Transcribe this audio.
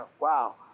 Wow